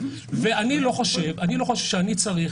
אני לא חושב שאני צריך,